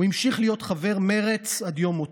הוא המשיך להיות חבר מרצ עד יום מותו,